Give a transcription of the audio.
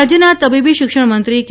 રાજ્યના તબીબી શિક્ષણમંત્રી કે